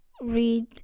read